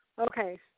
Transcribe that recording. Okay